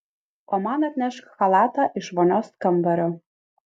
o man atnešk chalatą iš vonios kambario